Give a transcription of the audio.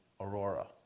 Aurora